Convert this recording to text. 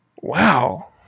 wow